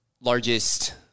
largest